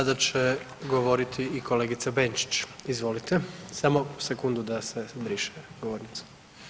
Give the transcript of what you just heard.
Sada će govoriti i kolegica Benčić, izvolite, samo sekundu da se obriše govornica.